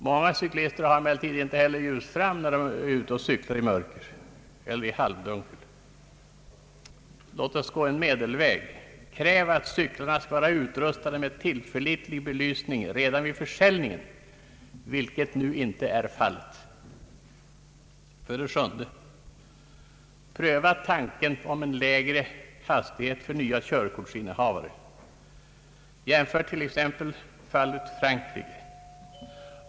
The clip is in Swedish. Många cyklister har emellertid inte heller ljus fram när de är ute och cyklar i mörker eller i halvdunkel. Låt oss gå en medelväg: kräv att cyklarna skall vara utrustade med tillförlitlig belysning redan vid försäljningen, vilket nu inte är fallet! 7. Pröva tanken om en lägre hastighet för nya körkortsinnehavare! Jämför t.ex. fallet Frankrike!